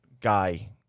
Guy